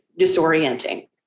disorienting